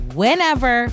whenever